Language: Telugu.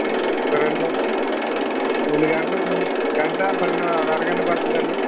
ఒక రెండు రెండు గంటలు ము గంట అరగంట పడతుందా అండి